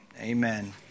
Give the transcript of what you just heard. amen